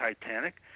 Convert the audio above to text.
Titanic